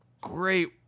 great